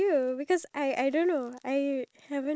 okay in a world with powers